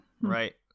Right